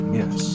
yes